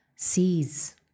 Sees